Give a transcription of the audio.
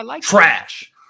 trash